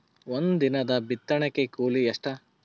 ಒಂದಿನದ ಬಿತ್ತಣಕಿ ಕೂಲಿ ಎಷ್ಟ?